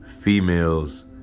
females